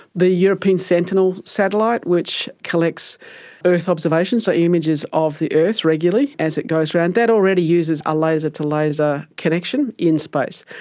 the european sentinel satellite which collects earth observations, so images of the earth regularly regularly as it goes around, that already uses a laser-to-laser connection in space.